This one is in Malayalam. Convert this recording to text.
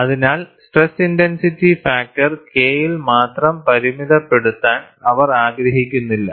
അതിനാൽ സ്ട്രെസ് ഇന്റെൻസിറ്റി ഫാക്ടർ K യിൽ മാത്രം പരിമിതപ്പെടുത്താൻ അവർ ആഗ്രഹിക്കുന്നില്ല